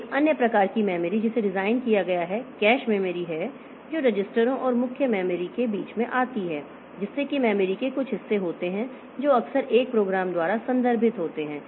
एक अन्य प्रकार की मेमोरी जिसे डिज़ाइन किया गया है कैश मेमोरी है जो रजिस्टरों और मुख्य मेमोरी के बीच में आती है जिससे कि मेमोरी के कुछ हिस्से होते हैं जो अक्सर एक प्रोग्राम द्वारा संदर्भित होते हैं